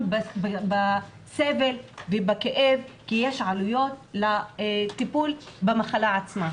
בסבל ובכאב כי יש עלויות לטפול במחלה עצמה.